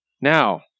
Now